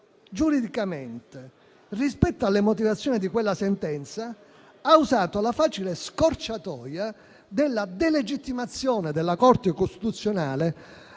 giuridicamente rispetto alle motivazioni di quella sentenza, ha usato la facile scorciatoia della delegittimazione della Corte costituzionale,